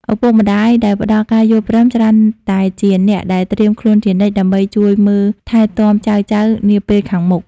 ឪពុកម្ដាយដែលផ្ដល់ការយល់ព្រម ច្រើនតែជាអ្នកដែលត្រៀមខ្លួនជានិច្ចដើម្បីជួយមើលថែទាំចៅៗនាពេលខាងមុខ។